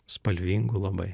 spalvingų labai